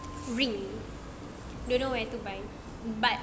ring don't know where to buy but